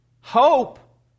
Hope